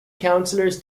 councillors